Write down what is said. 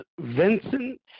Vincent